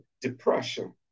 depression